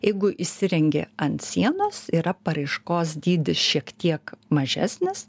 jeigu įsirengi ant sienos yra paraiškos dydis šiek tiek mažesnis